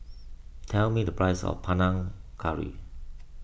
tell me the price of Panang Curry